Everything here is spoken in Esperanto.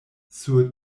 sur